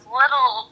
little